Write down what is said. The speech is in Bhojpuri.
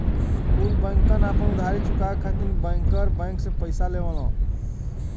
कुल बैंकन आपन उधारी चुकाये खातिर बैंकर बैंक से पइसा लेवलन